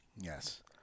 Yes